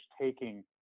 taking